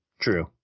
True